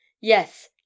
yes